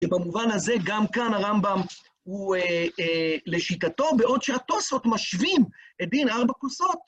ובמובן הזה גם כאן הרמב״ם הוא לשיטתו בעוד שהתוספות משווים את דין ארבע כוסות.